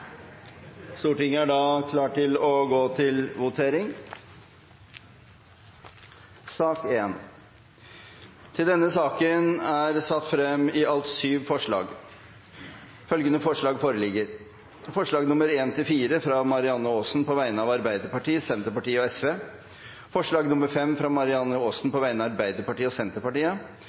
Stortinget er da klar til å gå til votering. Under debatten er det satt frem i alt syv forslag. Det er forslagene nr. 1–4, fra Marianne Aasen på vegne av Arbeiderpartiet, Senterpartiet og Sosialistisk Venstreparti forslag nr. 5, fra Marianne Aasen